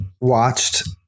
watched